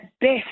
best